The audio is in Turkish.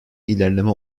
ilerleme